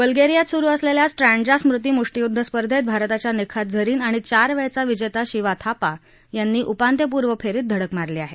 बल्गेरियात सुरु असलेल्या स्ट्रॅंडजा स्मृती मुष्टीयुद्ध स्पर्धेत भारताच्या निखात झरीन आणि चार वेळचा विजेता शिवा थापा यांनी उपांत्यपूर्व फेरीत धडक मारली आहे